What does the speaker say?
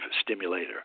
Stimulator